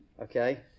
Okay